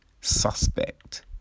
suspect